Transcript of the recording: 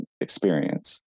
experience